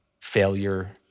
failure